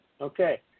Okay